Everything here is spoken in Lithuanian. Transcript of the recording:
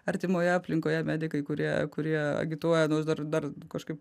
artimoje aplinkoje medikai kurie kurie agituoja nors dar dar kažkaip